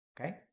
Okay